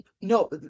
no